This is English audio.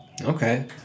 Okay